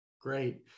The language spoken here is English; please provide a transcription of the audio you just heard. Great